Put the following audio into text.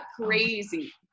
crazy